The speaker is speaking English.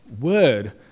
Word